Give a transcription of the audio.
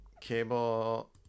cable